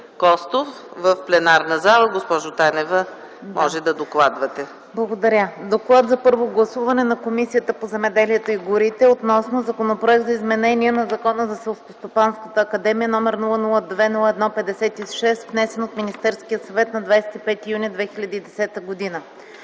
Костов в пленарната зала. Госпожо Танева, може да докладвате. ДОКЛАДЧИК ДЕСИСЛАВА ТАНЕВА: Благодаря. „ДОКЛАД за първо гласуване на Комисията по земеделието и горите относно Законопроект за изменение на Закона за Селскостопанската академия № 002-01-56, внесен от Министерския съвет на 25 юни 2010 г.